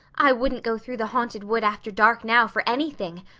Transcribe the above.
i wouldn't go through the haunted wood after dark now for anything.